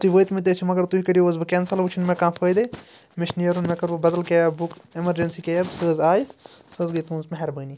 اَگر تُہۍ وٲتمِتۍ ٲسِو مَگر تُہۍ کٔرِو حظ سۄ کینسَل وۄنۍ چھُنہٕ مےٚ کانٛہہ فٲیدٔے مےٚ چھُ نیرُن مےٚ کٔر وۄنۍ بدل کیب بُک ایٚمَرجیٚنسی کیب سۄ حظ آیہِ سۄ حظ گٔے تہنٛز مہربٲنی